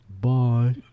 Bye